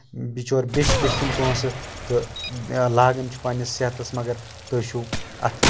نچور بیٚچھ بیٚچھ یِم پونٛسہٕ تہٕ لگان چھُ پَنٕنِس صحتَس مَگر تُہۍ چھِو اَتھ